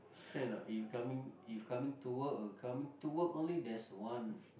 correct or not if coming if coming to work if coming to work only that's one